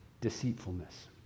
deceitfulness